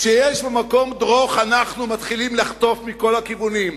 כשיש "במקום דרוך" אנחנו מתחילים לחטוף מכל הכיוונים.